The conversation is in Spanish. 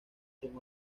son